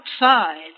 outside